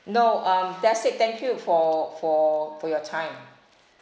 no um that's it thank you for for for your time